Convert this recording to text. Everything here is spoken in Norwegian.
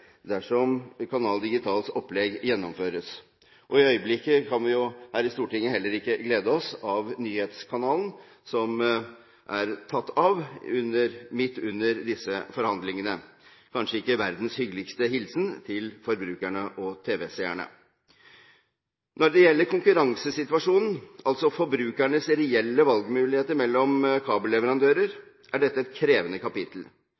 dersom Canal Digitals opplegg gjennomføres. For øyeblikket kan vi her i Stortinget heller ikke glede oss over TV 2 Nyhetskanalen, som er tatt av midt under disse forhandlingene – kanskje ikke verdens hyggeligste hilsen til forbrukerne og tv-seerne. Når det gjelder konkurransesituasjonen, altså forbrukernes reelle valgmuligheter mellom kabelleverandører, er dette et krevende kapittel.